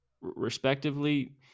respectively